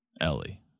Ellie